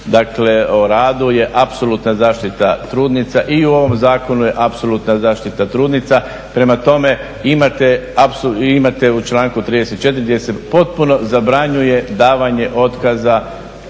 Zakonu o radu je apsolutna zaštita trudnica i u ovom zakonu je apsolutna zaštita trudnica. Prema tome imate u članku 34.gdje se potpuno zabranjuje davanje otkaza